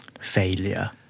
Failure